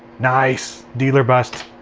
nice! dealer busts.